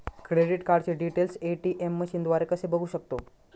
Credit कार्डचे details ATM मशीनद्वारे कसे बघू शकतो?